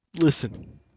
Listen